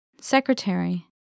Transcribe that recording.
Secretary